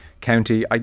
County